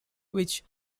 which